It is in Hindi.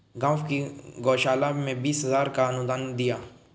गांव की गौशाला में बीस हजार का अनुदान दिया